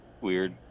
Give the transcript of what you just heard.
weird